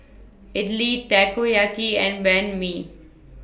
Idili Takoyaki and Banh MI